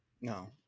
No